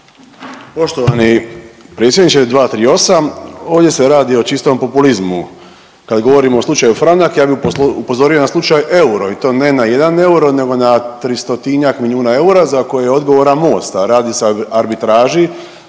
Poštovani predsjedniče 238. ovdje se radi o čistom populizmu. Kad govorimo o slučaju franak ja bih upozorio na slučaj euro i to ne na jedan euro, nego na tristotinjak milijuna eura za koje je odgovoran MOST, a radi se o arbitraži